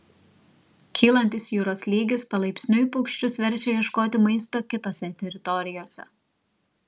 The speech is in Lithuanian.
kylantis jūros lygis palaipsniui paukščius verčia ieškoti maisto kitose teritorijose